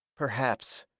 perhaps,